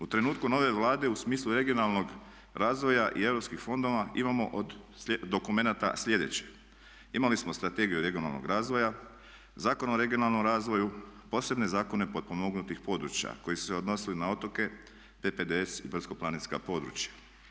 U trenutku nove Vlade u smislu regionalnog razvoja i europskih fondova imamo od dokumenata sljedeće: imali smo Strategiju regionalnog razvoja, Zakon o regionalnom razvoju, posebne zakone potpomognutih područja koji su se odnosili na otoke, PPDS i brdsko-planinska područja.